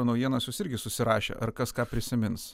naujienas jūs irgi susirašę ar kas ką prisimins